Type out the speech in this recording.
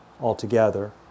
altogether